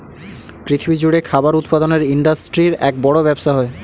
পৃথিবী জুড়ে খাবার উৎপাদনের ইন্ডাস্ট্রির এক বড় ব্যবসা হয়